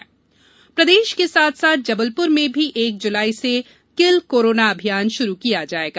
किल corona प्रदेश के साथ साथ जबलप्र जिले में भी एक जुलाई से किल कोरोना अभियान शुरू किया जाएगा